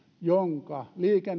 jonka